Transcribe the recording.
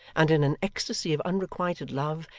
and, in an ecstasy of unrequited love,